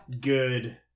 good